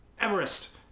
Everest